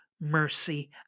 mercy